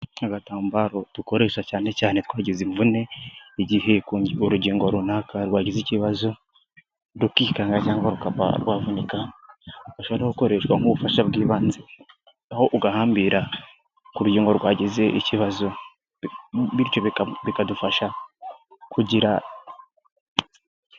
Agatambaro dukoresha cyane cyane twagize imvune; igihe urugingo runaka rwagize ikibazo rukikanga cyangwa rukaba ruvunika; gashobora no gukoreshwa nk'ubufasha bw'ibanze; aho ugahambira ku rugingo rwagize ikibazo bityo bikadufasha kugira